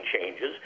changes